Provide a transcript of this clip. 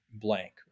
blank